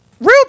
Real